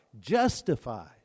justified